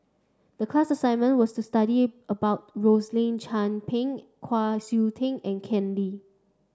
the class assignment was to study about Rosaline Chan Pang Kwa Siew Tee and Ken Lim